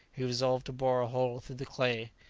he resolved to bore a hole through the clay.